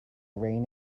rain